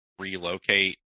relocate